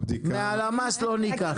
מהלמ"ס לא ניקח,